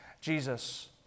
Jesus